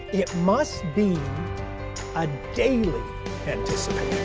it must be a daily anticipation.